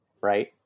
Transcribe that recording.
right